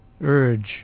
urge